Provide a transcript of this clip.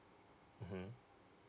mmhmm